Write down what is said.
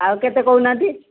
ଆଉ କେତେ କହୁନାହାନ୍ତି